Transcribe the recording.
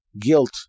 guilt